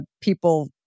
people